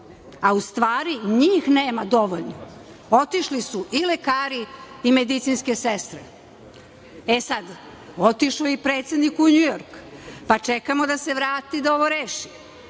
A u stvari, njih nema dovoljno. Otišli su i lekari i medicinske sestre. Otišao je i predsednik u Njujork, pa čekamo da se vrati da ovo reši.